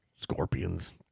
scorpions